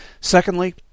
Secondly